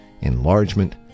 enlargement